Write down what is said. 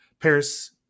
Paris